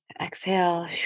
exhale